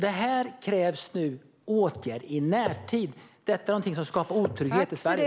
Det krävs åtgärder i närtid, för detta skapar otrygghet i Sverige.